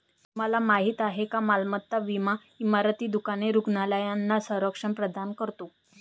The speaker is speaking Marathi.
तुम्हाला माहिती आहे का मालमत्ता विमा इमारती, दुकाने, रुग्णालयांना संरक्षण प्रदान करतो